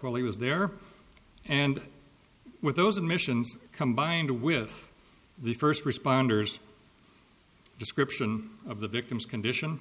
while he was there and with those admissions combined with the first responders description of the victim's condition